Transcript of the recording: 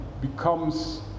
becomes